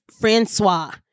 Francois